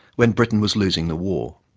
when britain was losing the war.